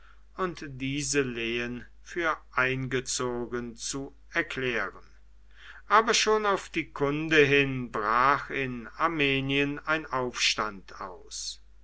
und diese lehen für eingezogen zu erklären aber schon auf die kunde hin brach in armenien ein aufstand aus